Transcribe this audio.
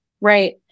Right